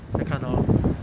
在看到 lah